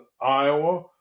Iowa